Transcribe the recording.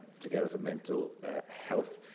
etogether for mental healthi,